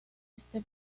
este